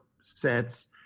sets